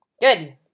Good